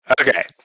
Okay